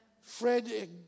Fred